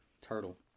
Turtle